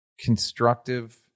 constructive